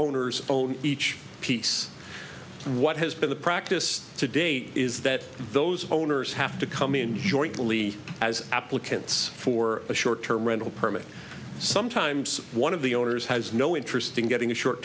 owners own each piece and what has been the practice to date is that those owners have to come in jointly as applicants for a short term rental permit sometimes one of the owners has no interest in getting a short